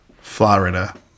Florida